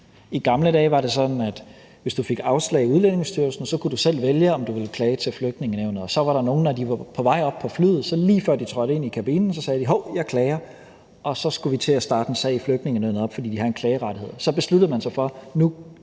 I gamle dage var det sådan, at hvis du fik afslag fra Udlændingestyrelsen, så kunne du selv vælge, om du ville klage til Flygtningenævnet, og så var der nogle, som på vej op i flyet, lige før de trådte ind i kabinen, sagde: Hov, jeg klager. Og så skulle vi til at starte en sag op i Flygtningenævnet, fordi de har en klageret. Så besluttede man sig for, at nu påklager vi bare alt